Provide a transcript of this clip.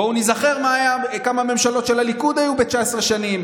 בואו ניזכר מה היה וכמה ממשלות של הליכוד היו ב-19 שנים.